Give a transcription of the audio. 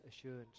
assurance